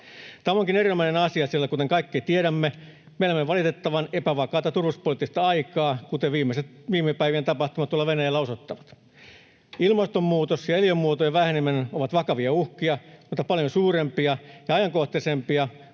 Tämä onkin erinomainen asia, sillä kuten kaikki tiedämme, me elämme valitettavan epävakaata turvallisuuspoliittista aikaa, kuten viime päivien tapahtumat tuolla Venäjällä osoittavat. Ilmastonmuutos ja eliömuotojen väheneminen ovat vakavia uhkia, mutta paljon suurempi ja ajankohtaisempi